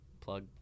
plug